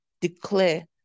declare